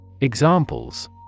Examples